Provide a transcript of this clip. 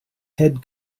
head